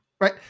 Right